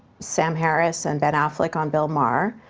sam harris and ben affleck on bill maher,